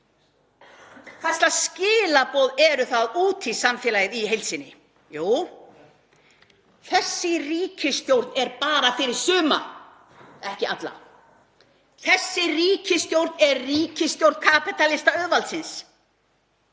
Hvers lags skilaboð eru það út í samfélagið í heild sinni? Jú, þessi ríkisstjórn er bara fyrir suma, ekki alla. Þessi ríkisstjórn er ríkisstjórn kapítalistaauðvaldsins.